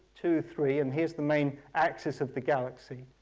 two, three. and here's the main axis of the galaxy.